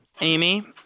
Amy